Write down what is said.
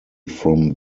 from